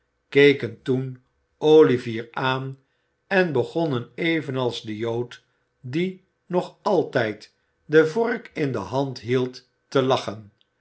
toen olivier aan en begonnen evenals de jood die nog altijd de vork in de hand hield te lachen